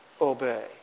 obey